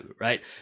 right